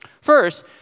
First